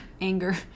Anger